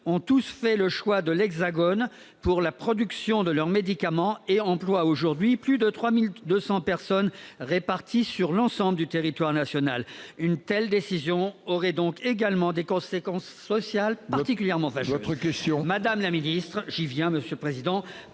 ont tous fait le choix de l'Hexagone pour la production de leurs médicaments : ils emploient plus de 3 200 personnes réparties sur l'ensemble du territoire national. Une telle décision aurait donc également des conséquences sociales particulièrement fâcheuses. Votre question ? J'y viens, monsieur le président.